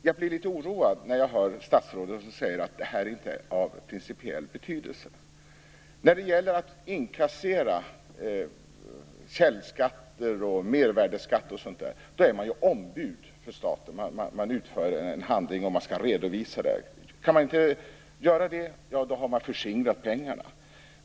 Jag blir litet oroad när jag hör statsrådet säga att detta inte är av principiell betydelse. När det gäller att inkassera källskatter, mervärdesskatter o.d. är man ju ett ombud för staten. Man utför en handling, och man skall redovisa det hela. Kan man inte göra det, ja, då har man förskingrat pengarna.